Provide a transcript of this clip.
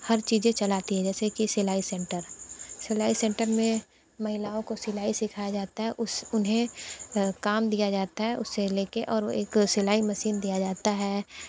हर चीज़ें चलाती हैं जैसे कि सिलाई सेंटर सिलाई सेंटर में महिलाओं को सिलाई सिखाया जाता है उस उन्हें काम दिया जाता हैं उसे लेकर और वो एक सिलाई मशीन दिया जाता हैं